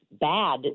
bad